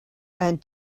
and